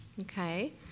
Okay